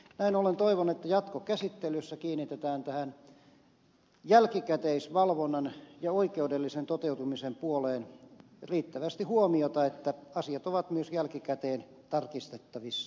näin ollen toivon että jatkokäsittelyssä kiinnitetään tähän jälkikäteisvalvonnan ja oikeudellisen toteutumisen puoleen riittävästi huomiota että asiat ovat myös jälkikäteen tarkistettavissa